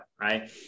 right